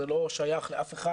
זה לא שייך לאף אחד,